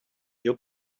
you